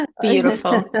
Beautiful